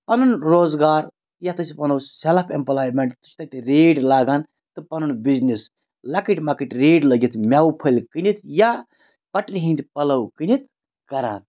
پَنُن روزگار یَتھ أسۍ وَنو سیلٕف ایمپلایمیٚنٹ سُہ چھُ تَتہِ ریڈ لاگان تہٕ پَنُن بِزنِس لَکٕٹۍ مَکٕٹۍ ریڈ لٲگِتھ میوٕ پھٔلۍ کٕنِتھ یا پَٹرِ ہِنٛدۍ پَلو کٕنِتھ کران